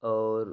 اور